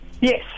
Yes